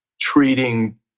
treating